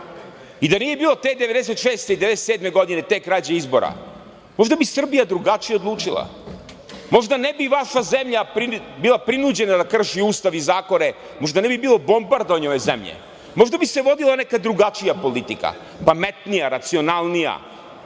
Da nije bilo te 1996. i 1997. godine te krađe izbora možda bi Srbija drugačije odlučila. Možda ne bi vaša zemlja bila prinuđena da krši Ustav i zakone, možda ne bi bilo bombardovanja ove zemlje. Možda bi se vodila neka drugačija politika, pametnija, racionalnija.